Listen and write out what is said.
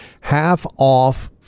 half-off